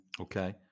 Okay